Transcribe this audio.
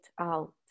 out